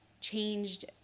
changed